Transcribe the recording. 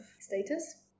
status